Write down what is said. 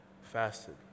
fasted